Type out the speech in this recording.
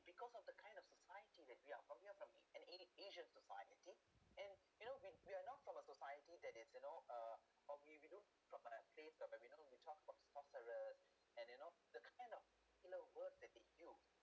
because of the kind of society that we are from we are from an a asian society and you know when we are not from a society that is you know uh or) we we do from that place or you know when we talk about sorceress and you know the kind of you know word that they use